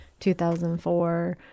2004